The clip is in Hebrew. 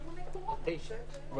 אבל